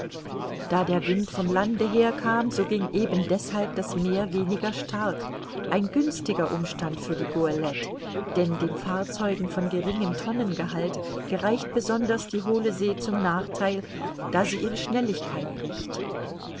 da der wind vom lande herkam so ging ebendeshalb das meer weniger stark ein günstiger umstand für die goelette denn den fahrzeugen von geringem tonnengehalt gereicht besonders die hohle see zum nachtheil da sie ihre schnelligkeit bricht